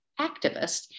activist